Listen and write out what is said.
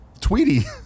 Tweety